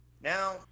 Now